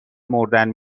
مردن